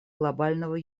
глобального